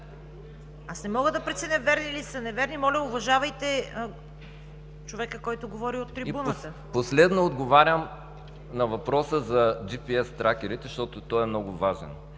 Аз не мога да преценя верни ли са, неверни ли са. Моля, уважавайте човека, който говори от трибуната. ОЛЕГ АСЕНОВ: Последно отговарям на въпроса за GPS тракерите, защото той е много важен.